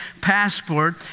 passport